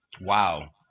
Wow